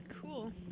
Cool